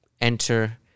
enter